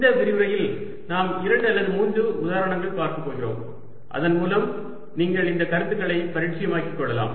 dl இந்த விரிவுரையில் நாம் இரண்டு அல்லது மூன்று உதாரணங்கள் பார்க்க போகிறோம் அதன்மூலம் நீங்கள் இந்த கருத்துக்களை பரிச்சயமாக்கி கொள்ளலாம்